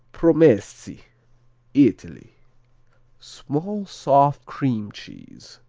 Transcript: promessi italy small soft-cream cheese.